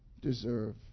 deserve